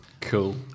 Cool